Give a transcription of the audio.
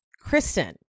Kristen